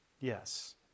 Yes